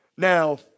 Now